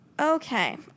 Okay